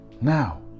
now